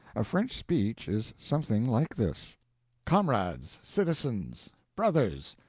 a french speech is something like this comrades, citizens, brothers,